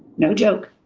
no joke.